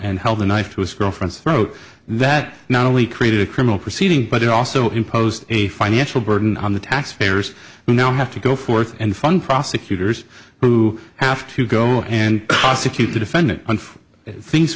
and held a knife to his girlfriend's throat that not only created a criminal proceeding but it also imposed a financial burden on the taxpayers who now have to go forth and fun prosecutors who have to go and prosecute the defendant and things